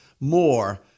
more